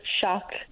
shocked